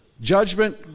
judgment